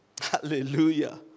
Hallelujah